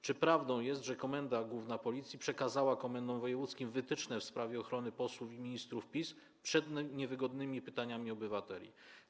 Czy prawdą jest, że Komenda Główna Policji przekazała komendom wojewódzkim wytyczne w sprawie ochrony posłów i ministrów PiS przed niewygodnymi pytaniami obywateli?